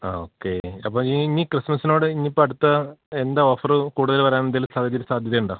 ആ ഓക്കേ അപ്പോള് ഈ ഇനി ക്രിസ്മസിനോട് ഇനിയിപ്പോള് അടുത്ത എന്താണ് ഓഫര് കൂടുതല് വരാനെന്തേലും സാഹചര്യം സാധ്യതയുണ്ടോ